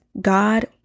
God